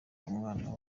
umwana